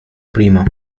prima